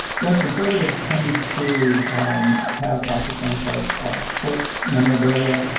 well, conservatives tended to um have lots of things like sports memorabilia,